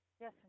Yes